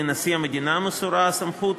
לנשיא המדינה מסורה הסמכות,